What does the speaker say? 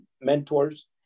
mentors